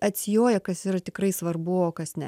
atsijoja kas yra tikrai svarbu o kas ne